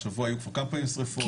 השבוע היה כבר כמה פעמים שריפות,